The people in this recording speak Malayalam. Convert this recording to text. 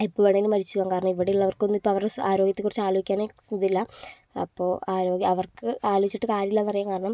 എപ്പം വേണമെങ്കിലും മരിച്ച് പോകാം കാരണം ഇവിടെ ഉള്ളവർക്ക് ഒന്നും ഇപ്പം അവരുടെ ആരോഗ്യത്തെ കുറിച്ച് ആലോചിക്കാനേ സുഖമില്ലാ അപ്പോൾ ആരോഗ്യം അവർക്ക് ആലോചിച്ചിട്ട് കാര്യമില്ല എന്ന് അറിയാം കാരണം